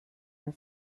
are